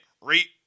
rate